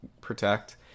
protect